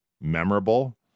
Memorable